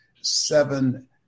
seven